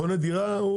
קונה דירה,